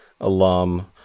alum